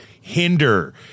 Hinder